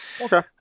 Okay